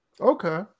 Okay